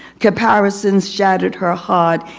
comparisons shattered her heart,